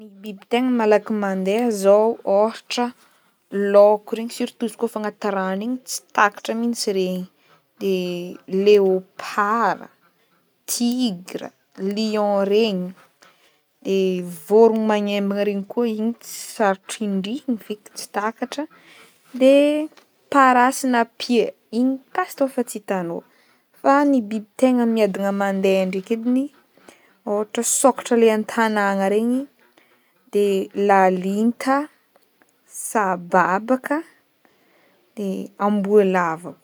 Biby tegna malaky mandeha zao ôhatra: lôko regny surtout izy koa efa anaty rano igny tsy takatra mintsy regny de leopara, tigra, lion regny, de vorogno magnembana regny koa igny ts- sarotro indrihigny feky tsy takatra, de parasy na pia, igny pasy tô fa tsitanao fa ny biby tegna miadagna ndraiky ediny ôhatra sôkatra le an-tagnana regny, de lalinta, sababaka, de amboalava koa.